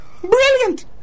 Brilliant